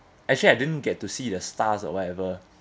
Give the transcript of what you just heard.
actually I didn't get to see the stars or whatever